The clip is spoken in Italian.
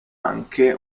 anche